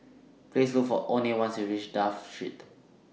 Please Look For Oney when YOU REACH Dafne Street